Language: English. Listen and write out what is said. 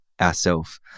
ourself